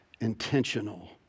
intentional